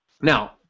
now